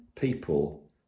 people